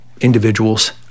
individuals